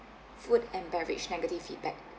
food and beverage negative feedback